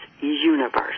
universe